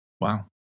Wow